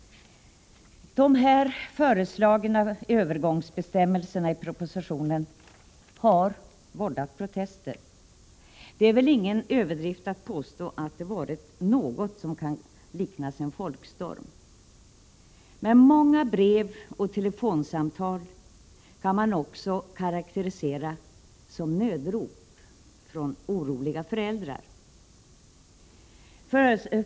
Dei propositionen föreslagna övergångsbestämmelserna har vållat protester. Det är väl ingen överdrift att påstå att det har varit något som kan liknas vid en folkstorm. Men många brev och telefonsamtal kan man också karakterisera som nödrop från oroliga föräldrar.